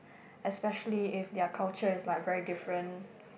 especially if their culture is like very different